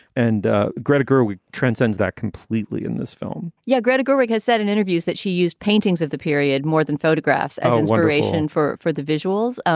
and ah greta gerwig transcends that completely in this film yeah. greta gerwig has said in interviews that she used paintings of the period more than photographs as inspiration for for the visuals, um